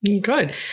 Good